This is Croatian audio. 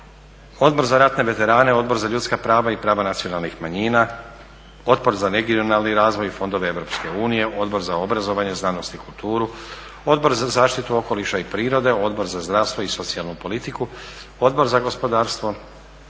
Odbor za ratne veterane, Odbor za ljudska prava i prava nacionalnih manjina, Odbor za regionalni razvoj i fondove EU, Odbor za obrazovanje, znanost i kulturu, Odbor za zaštitu okoliša i prirode, Odbor za zdravstvo i socijalnu politiku, Odbor za gospodarstvo,